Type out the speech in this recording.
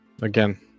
again